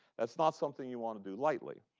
that's not something you want to do lightly.